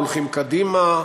הולכים קדימה,